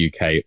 UK